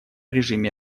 режиме